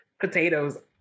Potatoes